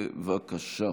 בבקשה.